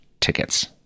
tickets